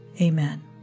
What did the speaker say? Amen